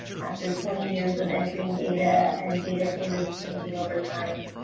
after twenty years of entering data and data standards changing over time,